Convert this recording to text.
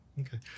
Okay